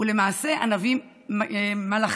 הוא למעשה הנביא מלאכי.